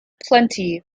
plenty